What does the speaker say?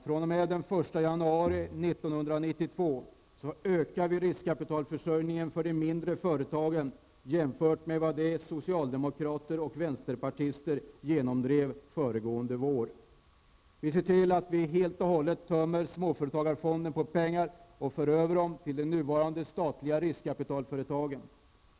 fr.o.m. den 1 januari 1992 ökar vi riskkapitalförsörjningen för de mindre företagen jämnfört med vad socialdemokrater och vänsterpartister genomdrev föregående vår. Vi ser till att vi helt och hållet tömmer småföretagarfonden på pengar och för över dem till de nuvarande statliga riskkapitalföretagen.